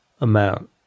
amount